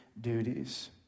duties